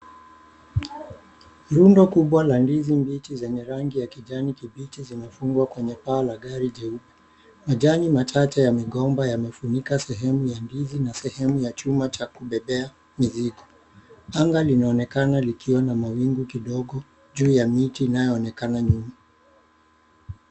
Rundo 𝑘ubwa la ndizi mbichi 𝑧enye rangi ya kijani kibichi zimefungwa kwenye paa la gari jeupe. Majani machache ya migomba yamefunika sehemu ya ndizi na sehemu ya chuma cha kubeb𝑒a mizigo. Anga linaonekana likiwa na mawingu kidogo juu ya mti inayoonekana nyuma.